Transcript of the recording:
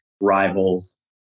rivals